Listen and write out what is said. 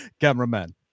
Cameraman